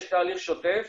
יש תהליך שוטף